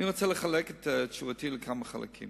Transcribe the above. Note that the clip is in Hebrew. אני רוצה לחלק את תשובתי לכמה חלקים.